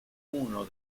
uno